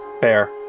Fair